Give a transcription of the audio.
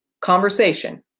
conversation